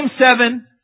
seven